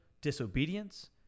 disobedience